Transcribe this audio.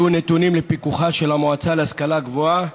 יהיו נתונים לפיקוחה של המועצה להשכלה גבוהה,